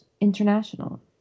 International